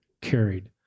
carried